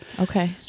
Okay